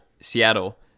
Seattle